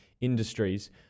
industries